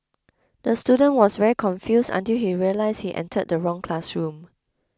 the student was very confused until he realised he entered the wrong classroom